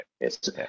yes